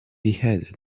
beheaded